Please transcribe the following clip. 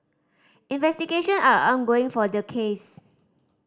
investigation are ongoing for the case